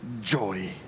joy